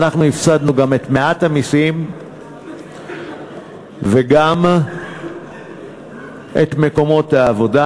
אנחנו הפסדנו גם את מעט המסים וגם את מקומות העבודה.